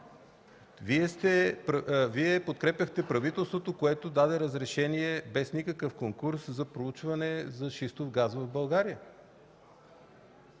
Вие подкрепяхте правителството, което даде разрешение без никакъв конкурс за проучване за шистов газ в България!